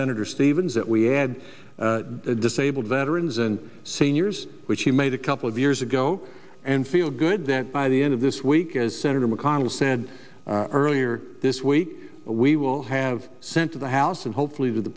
senator stevens that we add disabled veterans and seniors which he made a couple of years ago and feel good that by the end of this week as senator mcconnell said earlier this week we will have sent to the house and hopefully t